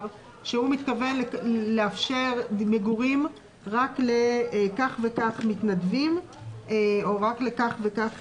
שהוא מתכוון לאפשר מגורים רק לכך וכך מתנדבים או רק לכך וכך